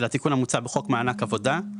של התיקון המוצע בחוק מענק העבודה,